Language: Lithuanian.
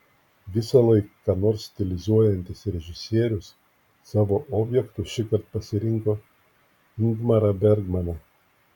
visąlaik ką nors stilizuojantis režisierius savo objektu šįkart pasirinko ingmarą bergmaną